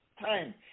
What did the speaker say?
time